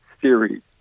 series